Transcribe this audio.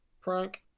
prank